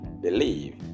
believe